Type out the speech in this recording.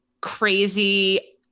crazy